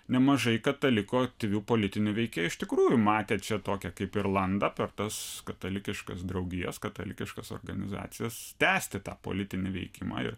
nemažai katalikų aktyvių politinių veikėjų iš tikrųjų matė čia tokią kaip ir landą per tas katalikiškas draugijas katalikiškas organizacijas tęsti tą politinį veikimą ir